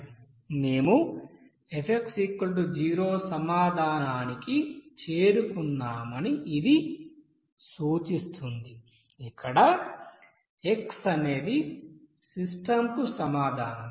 మేము F0 సమాధానానికి చేరుకున్నామని ఇది సూచిస్తుంది ఇక్కడ x అనేది సిస్టమ్కు సమాధానం